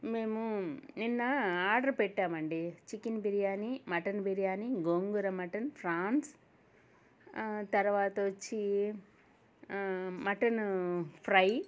మేము నిన్న ఆర్డర్ పెట్టామండి chicken biryani mutton biryani gongura mutton prawns తర్వాత వచ్చి మటన్ ఫ్రై